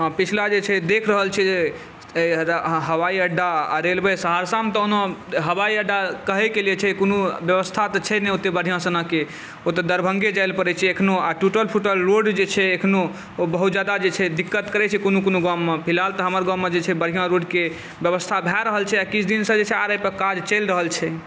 हॅं पिछला जे छै देखि रहल छै अहाँ हवाई अड्डा आ रेलवे सहरसामे तहन हम हवाई अड्डा कहै के लेल छै कोनो व्यवस्था तऽ छै ने ओते बढिऑं सन के ओ तऽ दरभंगे जाइ लय परै छै एखनो आ टूटल फूटल रोड जे छै एखनो ओ बहुत जादा जे छै दिक्कत करै छै कोनो कोनो गाममे फिलहाल तऽ हमर गाममे जे छै बढिऑं रोडके व्यवस्था भय रहल छै किछु दिन सॅं जे छै आर एहि पर काज चलि रहल छै